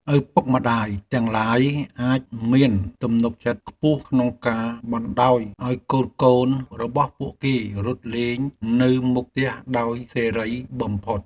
ឪពុកម្តាយទាំងឡាយអាចមានទំនុកចិត្តខ្ពស់ក្នុងការបណ្តោយឱ្យកូនៗរបស់ពួកគេរត់លេងនៅមុខផ្ទះដោយសេរីបំផុត។